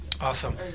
Awesome